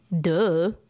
duh